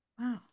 Wow